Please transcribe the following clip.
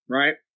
right